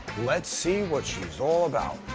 let's see what she's all about.